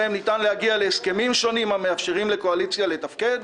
בהם ניתן להגיע להסכמים שונים המאפשרים לקואליציה לתפקד,